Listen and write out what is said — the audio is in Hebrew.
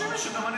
תרשמי שגם אני